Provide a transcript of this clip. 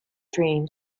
dream